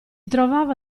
trovava